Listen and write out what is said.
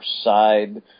side